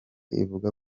ivuga